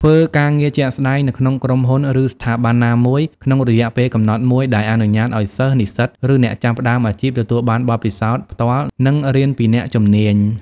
ធ្វើការងារជាក់ស្តែងនៅក្នុងក្រុមហ៊ុន ឬស្ថាប័នណាមួយក្នុងរយៈពេលកំណត់មួយដែលអនុញ្ញាតឲ្យសិស្ស និស្សិត ឬអ្នកចាប់ផ្តើមអាជីពទទួលបានបទពិសោធន៍ផ្ទាល់ និងរៀនពីអ្នកជំនាញ។